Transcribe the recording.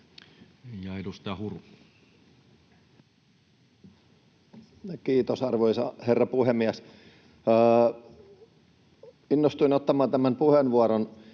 Kiitos, arvoisa herra puhemies! Innostuin ottamaan tämän puheenvuoron